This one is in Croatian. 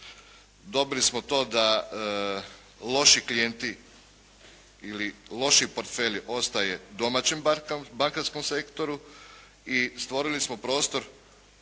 dobili smo to da loši klijenti ili loši portfelj ostaje domaćem bankarskom sektoru i stvorili smo prostor